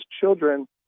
children